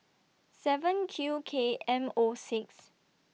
seven Q K M O six